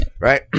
right